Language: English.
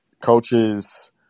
coaches